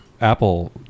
apple